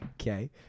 Okay